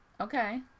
Okay